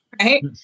right